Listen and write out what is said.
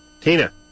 Tina